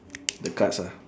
the cards ah